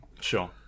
Sure